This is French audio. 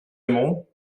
aimerons